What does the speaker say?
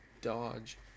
Dodge